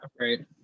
Right